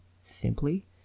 simply